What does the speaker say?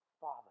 father